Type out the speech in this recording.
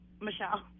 Michelle